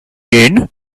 seen